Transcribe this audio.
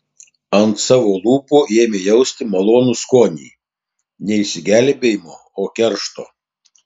ant savo lūpų ėmė jausti malonų skonį ne išsigelbėjimo o keršto